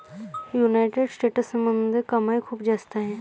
United स्टेट्समध्ये कमाई खूप जास्त आहे